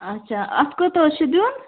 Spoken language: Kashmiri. اچھا اتھ کوٗتاہ حظ چھُ دیُن